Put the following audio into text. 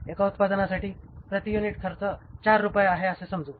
एका उत्पादनासाठी प्रति युनिट खर्च चार रुपये आहे असे समजू